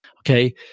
Okay